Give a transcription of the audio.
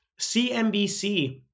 CNBC